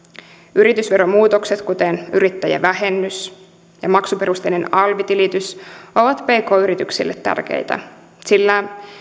yritysveromuutokset kuten yrittäjävähennys ja maksuperusteinen alvitilitys ovat pk yrityksille tärkeitä sillä